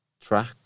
track